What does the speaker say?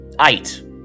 eight